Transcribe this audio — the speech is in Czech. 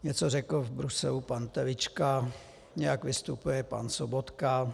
Něco řekl v Bruselu pan Telička, nějak vystupuje pan Sobotka.